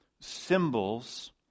symbols